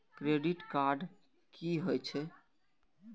Credit card की हे छे?